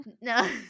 No